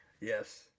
Yes